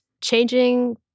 changing